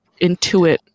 intuit